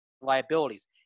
liabilities